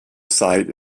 site